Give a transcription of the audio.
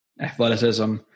athleticism